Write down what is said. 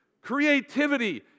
creativity